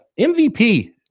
MVP